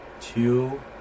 two